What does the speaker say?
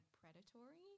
predatory